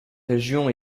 région